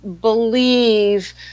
believe